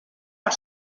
per